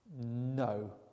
No